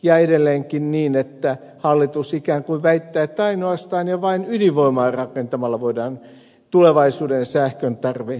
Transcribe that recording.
ja edelleenkin hallitus ikään kuin väittää että ainoastaan ja vain ydinvoimaa rakentamalla voidaan tulevaisuuden sähköntarve tyydyttää